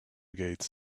gates